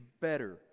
better